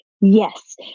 Yes